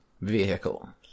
vehicle